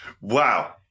wow